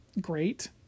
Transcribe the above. great